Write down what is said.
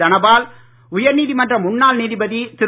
தனபால் உயர்நீதி மன்ற முன்னாள் நீதிபதி திரு